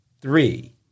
Three